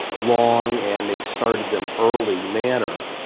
long and they started them early manner,